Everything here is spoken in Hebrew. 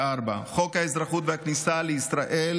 2024. חוק האזרחות והכניסה לישראל